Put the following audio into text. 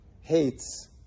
hates